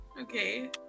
Okay